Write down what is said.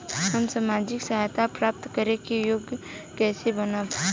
हम सामाजिक सहायता प्राप्त करे के योग्य कइसे बनब?